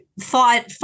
thought